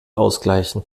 ausgleichen